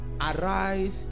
arise